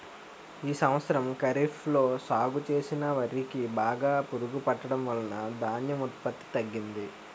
ఈ సంవత్సరం ఖరీఫ్ లో సాగు చేసిన వరి కి బాగా పురుగు పట్టడం వలన ధాన్యం ఉత్పత్తి తగ్గింది